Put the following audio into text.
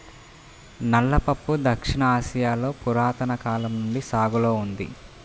నల్ల పప్పు దక్షిణ ఆసియాలో పురాతన కాలం నుండి సాగులో ఉంది